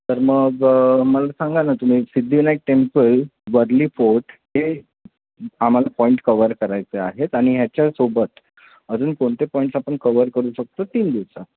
तर मग मला सांगा ना तुम्ही सिद्धिविनायक टेम्पल वरळी पोर्ट हे आम्हाला पॉईंट कवर करायचे आहेत आणि ह्याच्यासोबत अजून कोणते पॉईंट्स आपण कव्हर करू शकतो तीन दिवसात